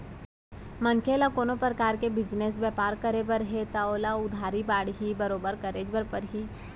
मनसे ल कोनो परकार के बिजनेस बयपार करे बर हे तव ओला उधारी बाड़ही बरोबर करेच बर परही